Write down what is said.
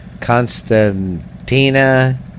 Constantina